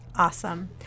Awesome